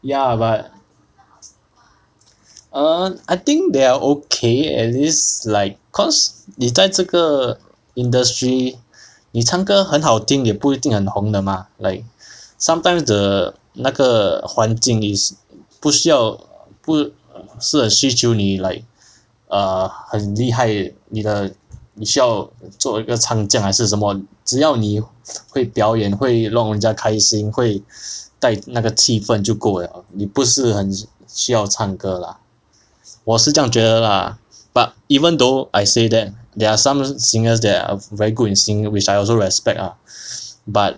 ya but err I think they are okay at least like cause 你在这个 industry 你唱歌很好听也不一定很红的 mah like sometimes the 那个环境 is 不需要 err 不是很需求你 like 很厉害你的你需要做一个唱将还是什么只要你会表演会弄人家开心会带那个气氛就够 liao 你不是很需要唱歌 lah 我是这样觉得 lah but even though I say that there are some singers that are very good in singing which I also respect ah but